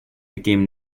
became